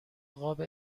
قاب